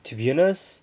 to be honest